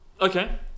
Okay